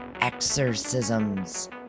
exorcisms